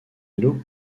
îlot